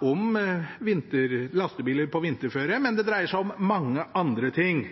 om lastebiler på vinterføre, men det dreier seg også om mange andre ting.